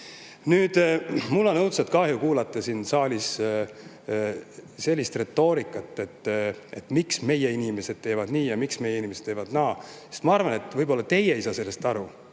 eest. Mul on õudselt kahju kuulda siin saalis sellist retoorikat, et miks meie inimesed teevad nii ja miks meie inimesed teevad naa. Ma arvan, et võib-olla teie ei saa sellest aru,